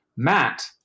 Matt